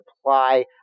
apply